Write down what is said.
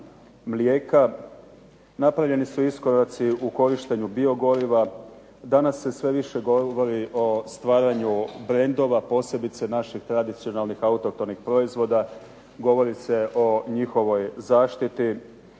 Napravljeni su iskoraci u korištenju bio goriva. Danas se sve više govori o stvaranju brendova, posebice naših tradicionalnih autohtonih proizvoda, govori se o njihovoj zaštiti.